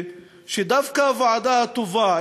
שדווקא הוועדה הטובה,